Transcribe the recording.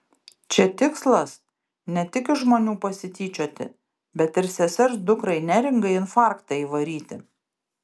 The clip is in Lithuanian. čia tikslas ne tik iš žmonių pasityčioti bet ir sesers dukrai neringai infarktą įvaryti